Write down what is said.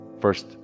first